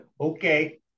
okay